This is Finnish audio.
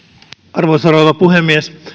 arvoisa rouva puhemies